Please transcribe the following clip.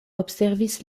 observis